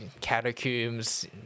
catacombs